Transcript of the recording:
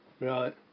Right